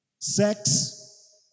Sex